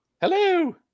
Hello